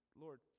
lord